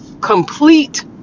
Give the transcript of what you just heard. complete